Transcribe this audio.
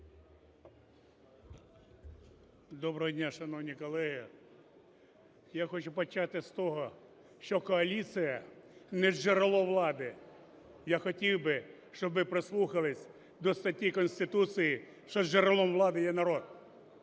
Доброго дня, шановні колеги! Я хочу почати з того, що коаліція – не джерело влади. Я хотів би, щоб ви прислухались до статті Конституції, що джерелом влади є народ